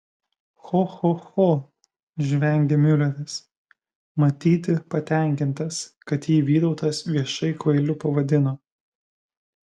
cho cho cho žvengė miuleris matyti patenkintas kad jį vytautas viešai kvailiu pavadino